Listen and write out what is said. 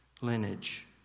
lineage